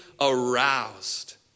aroused